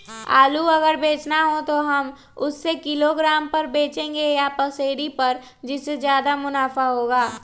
आलू अगर बेचना हो तो हम उससे किलोग्राम पर बचेंगे या पसेरी पर जिससे ज्यादा मुनाफा होगा?